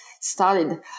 started